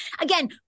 Again